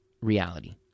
reality